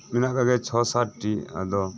ᱢᱮᱱᱟᱜ ᱟᱠᱟᱫ ᱜᱮᱭᱟ ᱪᱷᱚ ᱥᱟᱛᱴᱤ ᱟᱫᱚ